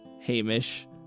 Hamish